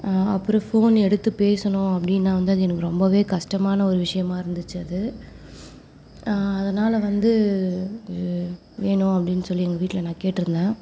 அப்புறம் ஃபோன் எடுத்து பேசணும் அப்படின்னா வந்து அது எனக்கு ரொம்பவே கஷ்டமான ஒரு விஷயமா இருந்துச்சு அது அதனால் வந்து இது வேணும் அப்படின்னு சொல்லி எங்கள் வீட்டில நான் கேட்டிருந்தேன்